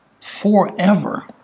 Forever